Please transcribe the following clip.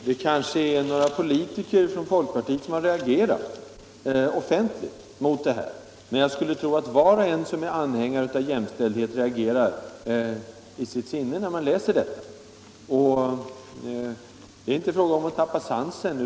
Herr talman! Det är några politiker från folkpartiet som har reagerat offentligt mot det här. Men jag skulle tro att var och en som är anhängare av jämställdhet protesterar i sitt sinne när man läser boken. Det är här inte fråga om att tappa sansen.